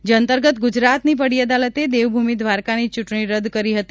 જે અંતર્ગત ગુજરાતની વડી અદાલતે દેવભૂમિ દ્વારકાની ચૂંટણી રદ કરી હતી